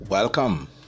Welcome